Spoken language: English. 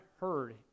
heard